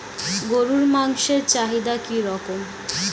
গরুর মাংসের চাহিদা কি রকম?